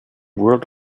world